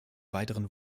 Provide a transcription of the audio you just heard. weiteren